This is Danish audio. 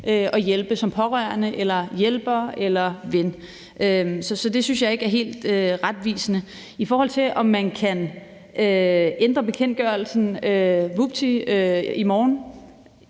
at hjælpe som pårørende eller hjælper eller ven. Så det synes jeg ikke er helt retvisende. I forhold til om man kan ændre bekendtgørelsen sådan